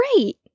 Great